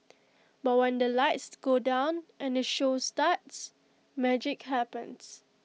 but when the lights go down and the show starts magic happens